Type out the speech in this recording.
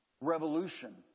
revolution